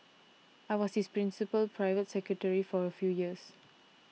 I was his principal private secretary for a few years